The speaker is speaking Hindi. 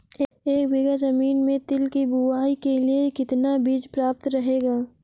एक बीघा ज़मीन में तिल की बुआई के लिए कितना बीज प्रयाप्त रहेगा?